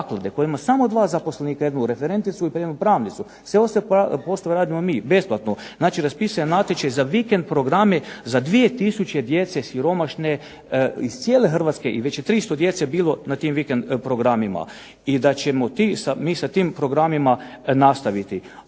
koja ima samo dva zaposlenika, jednu referenticu i jednu pravnicu, sve ostale poslove radimo mi besplatno. Znači raspisan je natječaj za vikend programe za 2 tisuće djece siromašne iz cijele Hrvatske, i već je 300 djece bilo na tim vikend programima, i da ćemo mi sa tim programima nastaviti.